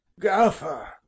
Gaffer